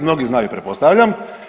Mnogi znaju pretpostavljam.